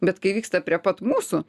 bet kai vyksta prie pat mūsų